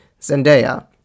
Zendaya